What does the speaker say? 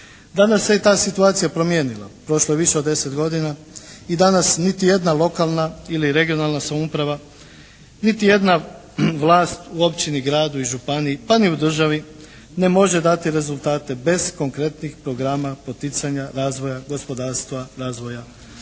Danas se je ta situacija promijenila, prošlo je više od 10 godina i danas niti jedna lokalna ili regionalna samouprava, niti jedna vlast u općini, gradu i županiji, pa ni u državi ne može dati rezultate bez konkretnih programa poticanja razvoja gospodarstva, razvoja